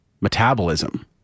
metabolism